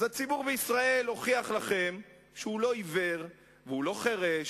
הציבור בישראל הוכיח לכם שהוא לא עיוור והוא לא חירש.